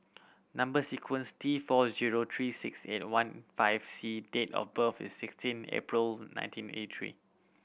number sequence T four zero three six eight one five C date of birth is sixteen April nineteen eighty three